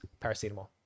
paracetamol